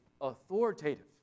authoritative